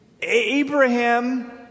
Abraham